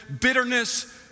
bitterness